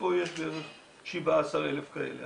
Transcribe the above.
ופה יש בערך 17,000 כאלה.